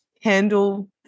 handle